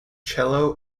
cello